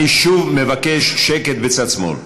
אני שוב מבקש שקט בצד שמאל.